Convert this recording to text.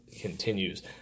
continues